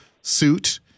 suit